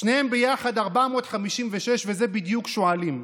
שניהם ביחד, 456, וזה בדיוק שועלים.